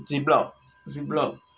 ziplock ziplock